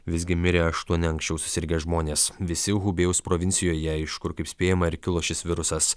visgi mirė aštuoni anksčiau susirgę žmonės visi hubėjaus provincijoje iš kur kaip spėjama ir kilo šis virusas